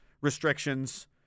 restrictions